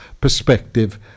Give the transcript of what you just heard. perspective